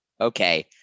okay